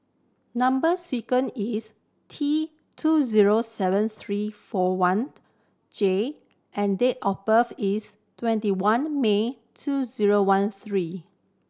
number sequence is T two zero seven three four one J and date of birth is twenty one May two zero one three